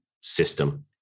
system